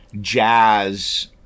jazz